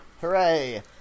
hooray